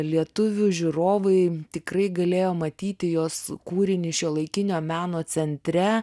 lietuvių žiūrovai tikrai galėjo matyti jos kūrinį šiuolaikinio meno centre